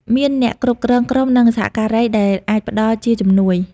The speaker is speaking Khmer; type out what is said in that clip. មានអ្នកគ្រប់គ្រងក្រុមនិងសហការីដែលអាចផ្ដល់ជាជំនួយ។